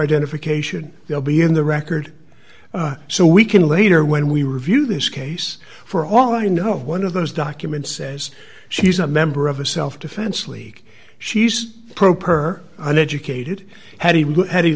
identification they'll be in the record so we can later when we review this case for all i know one of those documents says she's a member of a self defense league she's pro per an educated had he had